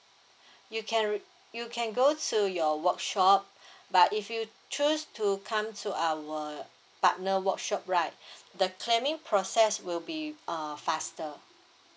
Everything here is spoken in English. you can re~ you can go to your workshop but if you choose to come to our partner workshop right the claiming process will be uh faster